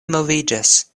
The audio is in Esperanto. moviĝas